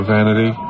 Vanity